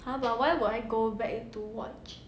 !huh! why would I go back to watch